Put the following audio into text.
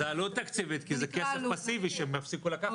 זה עלות תקציבית כי זה כסף פאסיבי שהם יפסיקו לקחת.